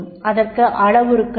அதற்கு அளவுருக்கள் எவை